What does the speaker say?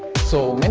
so